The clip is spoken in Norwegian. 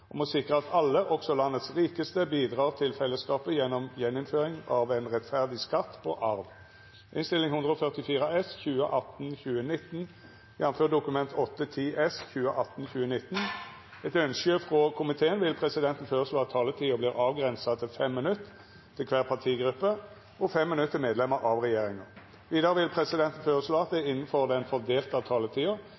om ordet til sak nr. 4. Etter ønske frå finanskomiteen vil presidenten føreslå at taletida vert avgrensa til 5 minutt til kvar gruppe og 5 minutt til medlemer av regjeringa. Vidare vil presidenten føreslå at det